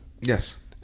Yes